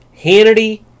Hannity